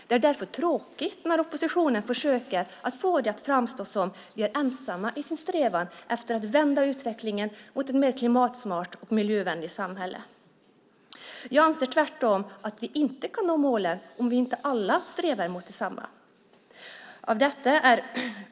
Det är därför tråkigt när oppositionen försöker få det att framstå som att de är ensamma i sin strävan att vända utvecklingen mot ett mer klimatsmart och miljövänligt samhälle. Jag anser tvärtom att vi inte kan nå målen om inte alla strävar mot dem.